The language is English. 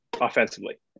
offensively